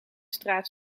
straat